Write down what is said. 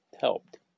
Helped